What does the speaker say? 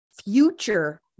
future